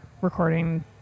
recording